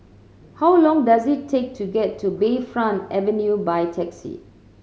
how long does it take to get to Bayfront Avenue by taxi